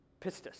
Pistis